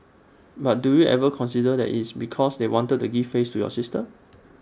but do you ever consider that it's because they wanted to give face to your sister